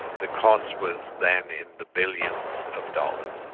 the cost was then in the billions of dollars.